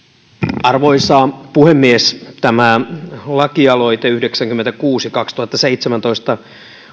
arvoisa puhemies tämä lakialoite yhdeksänkymmentäkuusi kautta kaksituhattaseitsemäntoista